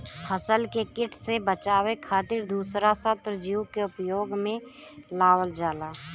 फसल के किट से बचावे खातिर दूसरा शत्रु जीव के उपयोग में लावल जाला